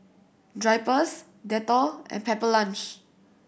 Drypers Dettol and Pepper Lunch